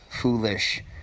foolish